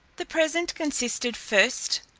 the present consisted first,